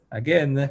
again